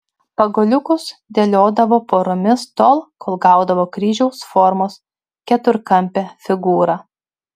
pagaliukus dėliodavo poromis tol kol gaudavo kryžiaus formos keturkampę figūrą